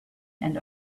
and